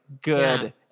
good